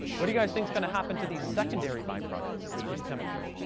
what do you guys think is going to happen to these secondary byproducts with temperature?